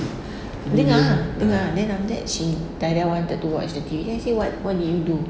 dengar ah dengar ah then on that she wanted to watch the T_V then I say what what did you do